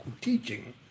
teaching